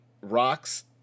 rocks